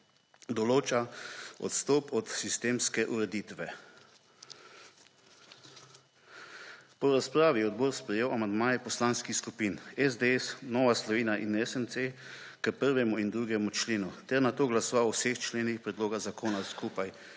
Določa odstop od sistemske ureditve. Po razpravi je odbor sprejel amandmaje poslanskih skupin SDS, Nova Slovenija in SMC k 1. in 2. členu ter na to glasoval o vseh členih predloga zakona skupaj